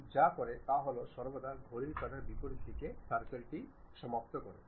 এটি এই ধরণের 3D অবজেক্ট তৈরি করে